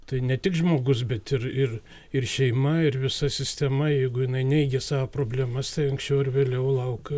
tai ne tik žmogus bet ir ir ir šeima ir visa sistema jeigu jinai neigia savo problemas tai anksčiau ar vėliau lauk